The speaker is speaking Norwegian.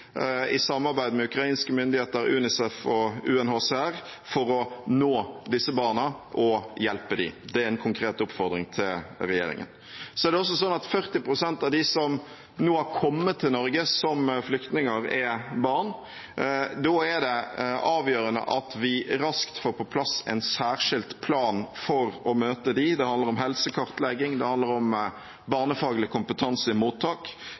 i samarbeid med ukrainske myndigheter, UNICEF og UNHCR – for å nå disse barna og hjelpe dem. Det er en konkret oppfordring til regjeringen. Det er også sånn at 40 pst. av dem som nå har kommet til Norge som flyktninger, er barn. Da er det avgjørende at vi raskt får på plass en særskilt plan for å møte dem. Det handler om helsekartlegging, det handler om barnefaglig kompetanse i mottak,